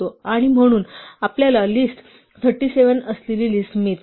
आणि म्हणून आपल्याला लिस्ट 37 असलेली लिस्ट मिळते